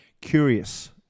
curious